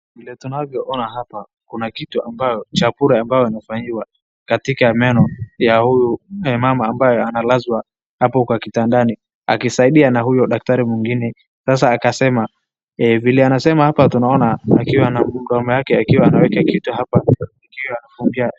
Vile tunavyoona hapa kuna kitu ambayo chakula ambayo anafanyiwa katika meno ya huyu mama ambaye analazwa hapo kitandani akisaidiwa na huyo daktari mwingine sasa akasema, vile anasema hapa tunaona mdomo yake akiwa anaweka kitu hapa.